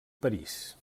parís